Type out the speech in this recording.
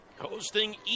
hosting